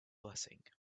blessing